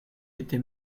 était